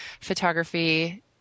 photography